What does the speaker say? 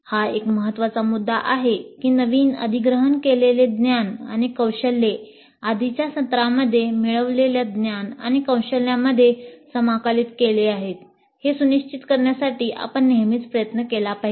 हा एक महत्वाचा मुद्दा आहे की नवीन अधिग्रहण केलेले ज्ञान आणि कौशल्ये आधीच्या सत्रांमध्ये मिळवलेल्या ज्ञान आणि कौशल्यांमध्ये समाकलित केली आहेत हे सुनिश्चित करण्यासाठी आपण नेहमीच प्रयत्न केला पाहिजे